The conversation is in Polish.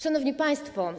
Szanowni Państwo!